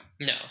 No